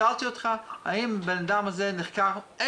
האם אתם מגיעים לשורש?